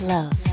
Love